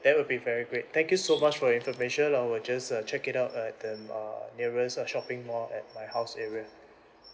that will be very great thank you so much for your information I will just uh check it out at the uh nearest shopping mall at my house area